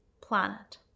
planet